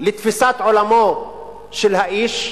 לתפיסת עולמו של האיש,